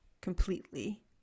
completely